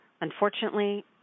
Unfortunately